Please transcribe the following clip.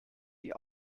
die